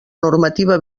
normativa